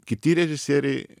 kiti režisieriai